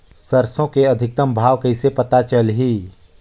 सरसो के अधिकतम भाव कइसे पता चलही?